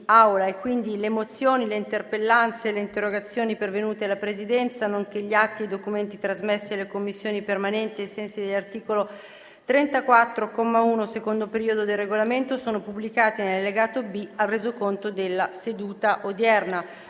Le mozioni, le interpellanze e le interrogazioni pervenute alla Presidenza, nonché gli atti e i documenti trasmessi alle Commissioni permanenti ai sensi dell'articolo 34, comma 1, secondo periodo, del Regolamento sono pubblicati nell'allegato B al Resoconto della seduta odierna.